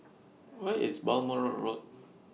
Where IS Balmoral Road